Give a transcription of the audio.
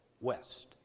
west